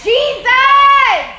Jesus